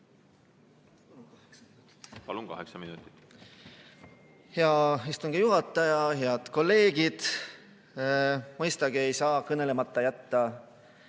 Palun, kaheksa minutit. Hea istungi juhataja! Head kolleegid! Mõistagi ei saa kõnelemata jätta